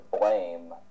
blame